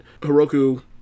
Heroku